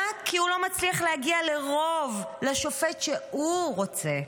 רק כי הוא לא מצליח להגיע לרוב לשופט שהוא רוצה.